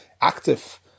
active